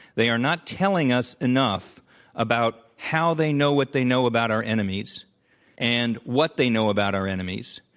they are not telling us enough about how they know what they know about our enemies and what they know about our enemies